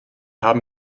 haben